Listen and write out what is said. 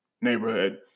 neighborhood